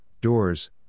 doors